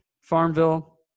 Farmville